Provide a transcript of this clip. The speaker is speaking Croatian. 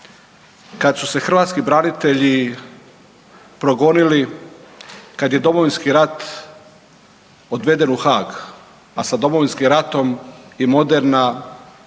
kad su se hrvatski branitelji progonili, kad je Domovinski rat odveden u Haag, a sa Domovinskim ratom i moderna